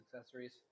accessories